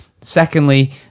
Secondly